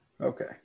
okay